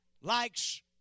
likes